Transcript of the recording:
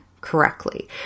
correctly